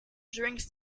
drinks